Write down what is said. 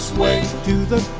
way to the